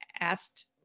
asked